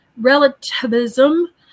relativism